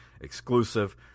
exclusive